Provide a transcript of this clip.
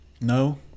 No